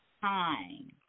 time